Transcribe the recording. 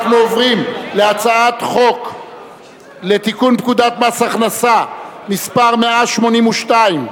אנחנו עוברים להצעת חוק לתיקון פקודת מס הכנסה (מס' 182),